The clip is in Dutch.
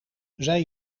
zij